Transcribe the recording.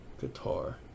guitar